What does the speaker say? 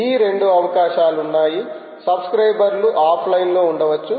ఈ రెండు అవకాశాలు ఉన్నాయి సబ్స్క్రయిబర్ లు ఆఫ్లైన్ లో ఉండవచ్చు